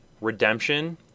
Redemption